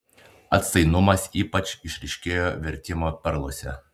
atsainumas ypač išryškėjo vertimo perluose